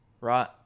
right